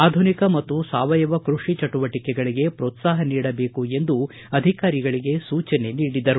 ಆಧುನಿಕ ಮತ್ತು ಸಾವಯವ ಕೃಷಿ ಚಟುವಟಿಕೆಗಳಿಗ ಮ್ರೋತ್ಸಾಹ ನೀಡಬೇಕು ಎಂದು ಅಧಿಕಾರಿಗಳಿಗೆ ಸೂಚನೆ ನೀಡಿದರು